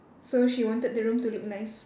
so she wanted the room to look nice